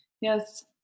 yes